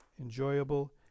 enjoyable